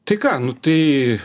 tai ką nu tai